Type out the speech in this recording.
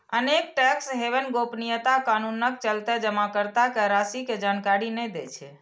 अनेक tax haven गोपनीयता कानूनक चलते जमाकर्ता के राशि के जानकारी नै दै छै